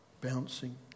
bouncing